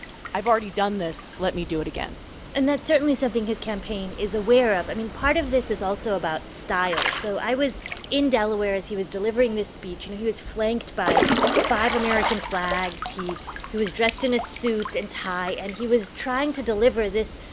i've already done this let me do it again and that's certainly something his campaign is aware of. i mean, part of this is also about style. so i was in delaware as he was delivering this speech, and he was flanked by five american flags. he he was dressed in a suit and tie. and he was trying to deliver this,